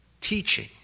teaching